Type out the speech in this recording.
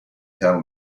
tell